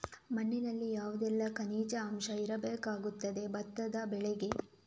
ಮಣ್ಣಿನಲ್ಲಿ ಯಾವುದೆಲ್ಲ ಖನಿಜ ಅಂಶ ಇರಬೇಕಾಗುತ್ತದೆ ಭತ್ತದ ಬೆಳೆಗೆ?